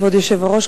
כבוד היושב-ראש,